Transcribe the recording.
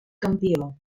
campió